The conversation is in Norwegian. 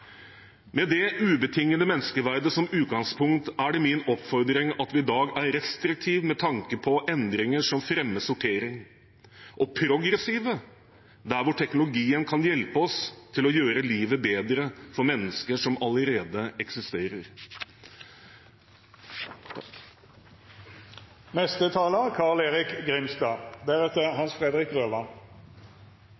Med det ubetingede menneskeverdet som utgangspunkt er det min oppfordring at vi i dag er restriktive med tanke på endringer som fremmer sortering, og progressive der teknologien kan hjelpe oss til å gjøre livet bedre for mennesker som allerede eksisterer.